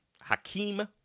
Hakeem